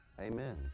Amen